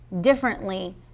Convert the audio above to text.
differently